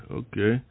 okay